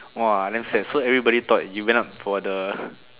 !wah! damn sad so everybody thought you went out for the